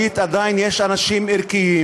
אל תתקן את זוהיר בהלול, תאמין לי.